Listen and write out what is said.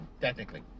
technically